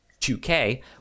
2K